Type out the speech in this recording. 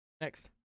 Next